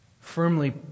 firmly